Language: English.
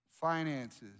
finances